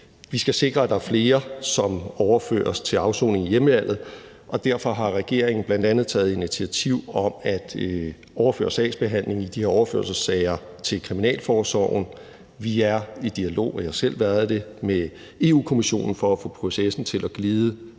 Vi skal sikre, at der er flere, som overføres til afsoning i hjemlandet, og derfor har regeringen bl.a. taget initiativ til at overføre sagsbehandlingen i de her overførselssager til kriminalforsorgen. Vi er – og jeg har selv været det – i dialog med Europa-Kommissionen for at få processen til at glide